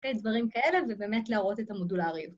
דברים כאלה ובאמת להראות את המודולריות.